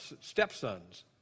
stepsons